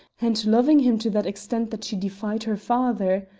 and loving him to that extent that she defied her father.